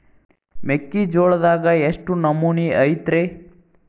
ಮೆಕ್ಕಿಜೋಳದಾಗ ಎಷ್ಟು ನಮೂನಿ ಐತ್ರೇ?